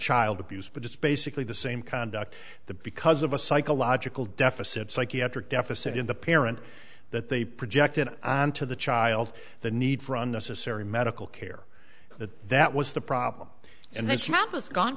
child abuse but it's basically the same conduct the because of a psychological deficit psychiatric deficit in the parent that they projected on to the child the need for unnecessary medical care that that was the problem and then s